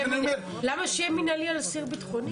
למה שיהיה מנהלי על אסיר ביטחוני?